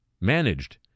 managed